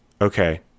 Okay